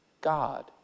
God